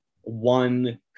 one